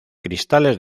cristales